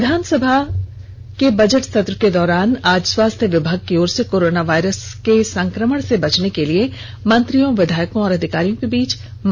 विधानसभा budget सत्र के दौरान आज स्वास्थ्य विभाग की ओर से कोरोना वायरस के संक्रमण से बचने के लिए मंत्रियों विधायकों और अधिकारियों के बीच मास्क का वितरण किया गया